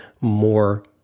more